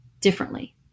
differently